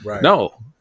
No